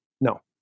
No